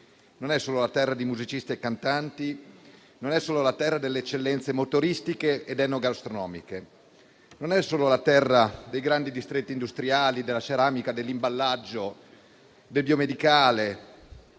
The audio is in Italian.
Non è solo la terra di musicisti e cantanti, né è solo la terra delle eccellenze motoristiche ed enogastronomiche. Non è neppure solo la terra dei grandi distretti industriali, della ceramica, dell'imballaggio, del biomedicale,